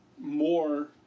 more